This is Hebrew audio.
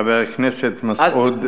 חבר הכנסת מסעוד גנאים.